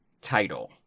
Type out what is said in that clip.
title